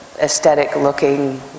Aesthetic-looking